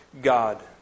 God